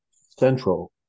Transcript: central